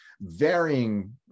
varying